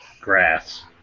grass